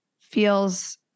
feels